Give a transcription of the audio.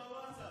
מהווטסאפ.